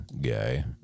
guy